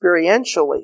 experientially